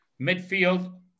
Midfield